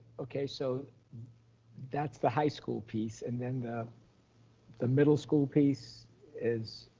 okay, so that's the high school piece and then the the middle school piece is,